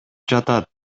жатат